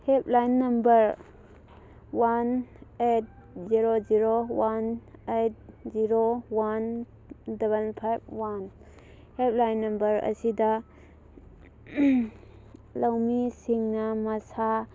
help line number one eight zero zero one eight zero one double five one helpline number ꯑꯁꯤꯗ ꯂꯧꯃꯤꯁꯤꯡꯅ ꯃꯁꯥ